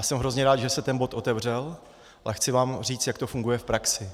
Jsem hrozně rád, že se ten bod otevřel, a chci vám říct, jak to funguje v praxi.